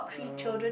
um